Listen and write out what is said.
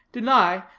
deny,